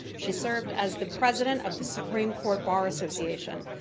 she served as the president of the supreme court bar association.